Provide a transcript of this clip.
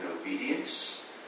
obedience